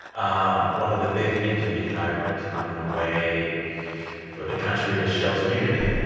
um one of the big themes of the entire book is finding a way for the country to show some unity,